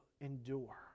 endure